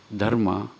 ಧರ್ಮ